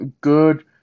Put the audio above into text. good